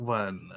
one